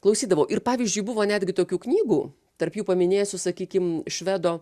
klausydavau ir pavyzdžiui buvo netgi tokių knygų tarp jų paminėsiu sakykim švedo